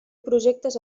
projectes